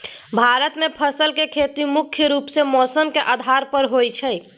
भारत मे फसलक खेती मुख्य रूप सँ मौसमक आधार पर होइ छै